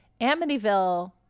Amityville